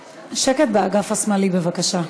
חברים, שקט באגף השמאלי, בבקשה.